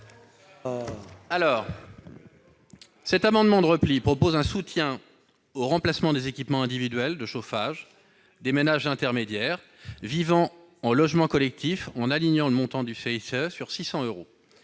Cet amendement de repli prévoit un soutien au remplacement des équipements individuels de chauffage pour les ménages à revenus intermédiaires vivant en habitat collectif, en alignant le montant du CITE sur 600 euros.